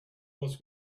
was